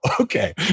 okay